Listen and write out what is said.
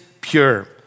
pure